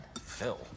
Phil